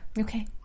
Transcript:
Okay